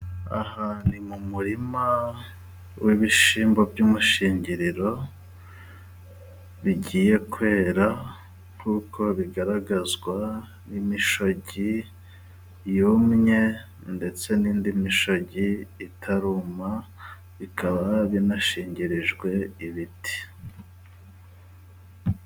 Aha ni mu murima w'ibishyimbo by'umushingiriro bigiye kwera nk'uko bigaragazwa n'imishogi yumye ndetse n'indi mishogi itaruma bikaba binashingirijwe ibiti.